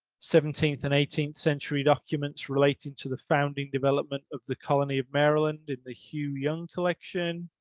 seventeenth and eighteenth century documents relating to the founding development of the colony of maryland in the hugh young collection.